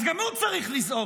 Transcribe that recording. אז גם הוא צריך לזעוק.